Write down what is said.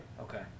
Okay